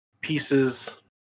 pieces